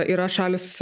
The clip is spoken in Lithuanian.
yra šalys